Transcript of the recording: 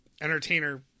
entertainer